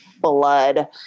blood